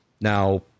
Now